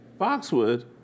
Foxwood